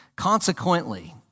Consequently